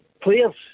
players